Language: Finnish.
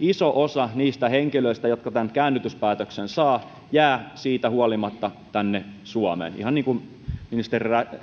iso osa niistä henkilöistä jotka tämän käännytyspäätöksen saavat jää siitä huolimatta tänne suomeen ihan niin kuin